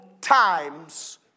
times